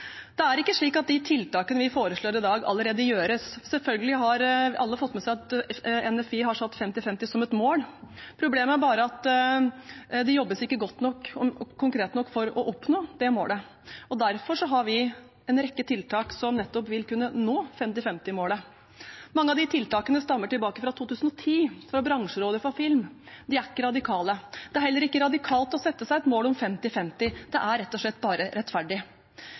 Det er ikke slik at de tiltakene vi foreslår i dag, allerede gjøres. Selvfølgelig har alle fått med seg at NFI har satt femti-femti som et mål. Problemet er bare at det ikke jobbes godt nok og konkret nok for å oppnå det målet. Derfor har vi en rekke tiltak som nettopp vil kunne gjøre at man når femti-femti-målet. Mange av de tiltakene går tilbake til 2010, fra Bransjerådet for film. De er ikke radikale. Det er heller ikke radikalt å sette seg et mål om femti-femti, det er rett og slett bare rettferdig.